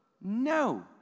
No